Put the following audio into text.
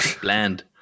Bland